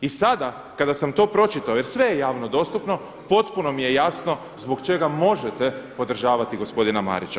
I sada kada sam to pročitao jer sve je javno dostupno potpuno mi je jasno zbog čega možete podržavati gospodina Marića.